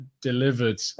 delivered